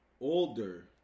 Older